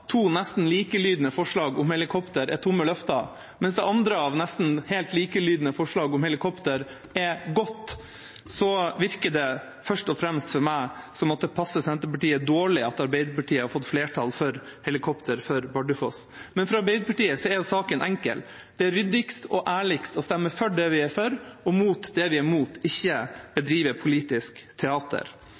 nesten helt likelydende forslag om helikopter er godt, virker det først og fremst for meg som at det passer Senterpartiet dårlig at Arbeiderpartiet har fått flertall for helikopter på Bardufoss. Men for Arbeiderpartiet er saken enkel. Det er ryddigst og ærligst å stemme for det vi er for, og mot det vi er mot – ikke bedrive politisk teater.